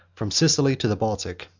from sicily to the baltic.